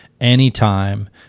anytime